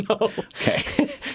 Okay